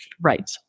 right